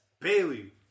Bailey